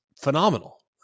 phenomenal